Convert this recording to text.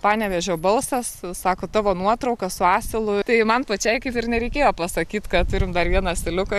panevėžio balsas sako tavo nuotrauka su asilu tai man pačiai kaip ir nereikėjo pasakyt kad turim dar vieną asiliuką